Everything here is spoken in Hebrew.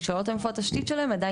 לשאול אותן איפה התשתית שלהן עדיין